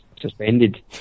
suspended